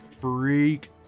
freak